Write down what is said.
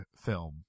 film